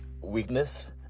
Weakness